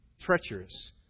Treacherous